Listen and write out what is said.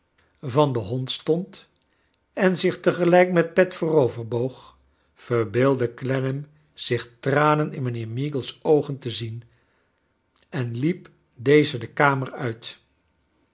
van den hond stond en zich tege'ijk met pet vooroverboog verbeeldde clennam zich tranen in mijnheer meagles oogen te zien en liep deze de kamer uit